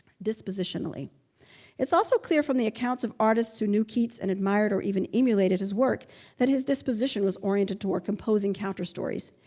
dispositionally it is also clear from the accounts of artists who knew keats and admired or even emulated his work that his disposition was oriented toward composing counterstories.